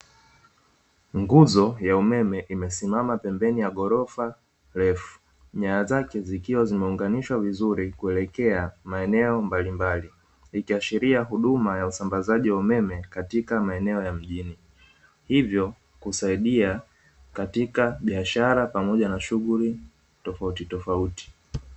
Nguzo ya umeme imesimama pembeni ya ghorofa refu nyaya zake zikiwa zimeunganishwa vizuri kuelekea maeneo mbalimbali, ikiashiria huduma ya usambazaji wa umeme katika maeneo ya mjini hivyo husaidia katika biashara pamoja na shughuli tofautitofauti.